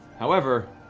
however,